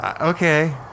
okay